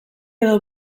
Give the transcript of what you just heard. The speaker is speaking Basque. edo